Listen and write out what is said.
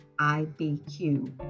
IBQ